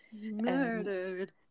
Murdered